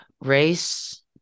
race